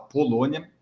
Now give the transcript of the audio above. Polônia